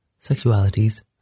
Sexualities